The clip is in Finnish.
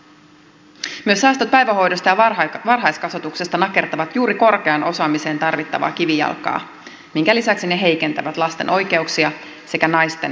myös säästöt päivähoidosta ja varhaiskasvatuksesta nakertavat juuri korkeaan osaamiseen tarvittavaa kivijalkaa minkä lisäksi ne heikentävät lasten oikeuksia sekä naisten työmarkkina asemaa